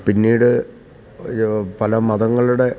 പിന്നീട് പല മതങ്ങളുടെ